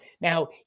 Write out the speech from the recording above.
Now